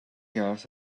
gas